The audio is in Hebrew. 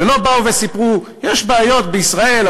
ולא באו וסיפרו: יש בעיות בישראל,